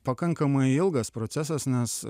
pakankamai ilgas procesas nes